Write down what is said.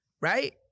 right